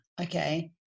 okay